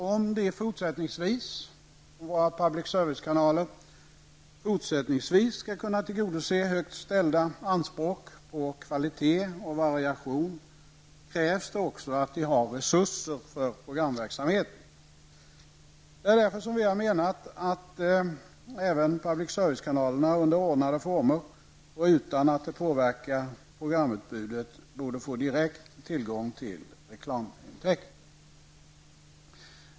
Om våra public service-kanaler fortsättningsvis skall kunna tillgodose högt ställda anspråk på kvalitet och variation, krävs det också att de har resurser för programverksamhet. Det är därför som vi anser att även public service-kanalerna under ordnade former och utan att det påverkar programutbudet borde få direkt tillgång till reklamintäkter.